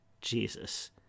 Jesus